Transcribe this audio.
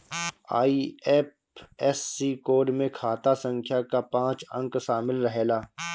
IFSC code में खाता संख्या कअ पांच अंक शामिल रहेला